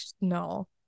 no